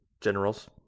Generals